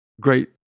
great